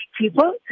people